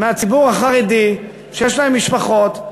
מהציבור החרדי, שיש להם משפחות,